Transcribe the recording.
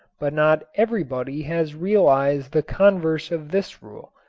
but not everybody has realized the converse of this rule,